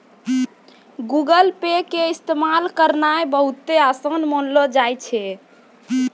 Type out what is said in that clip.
Google Pay के इस्तेमाल करनाय बहुते असान मानलो जाय छै